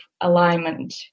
alignment